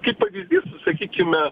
kaip pavyzdys sakykime